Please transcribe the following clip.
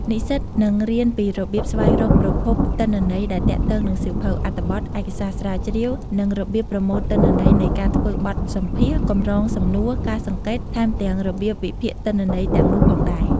និស្សិតនឹងរៀនពីរបៀបស្វែងរកប្រភពទិន្នន័យដែលទាក់ទងនឹងសៀវភៅ អត្ថបទ ឯកសារស្រាវជ្រាវ និងរបៀបប្រមូលទិន្នន័យនៃការធ្វើបទសម្ភាសន៍ កម្រងសំណួរ ការសង្កេត ថែមទាំងរបៀបវិភាគទិន្នន័យទាំងនោះផងដែរ។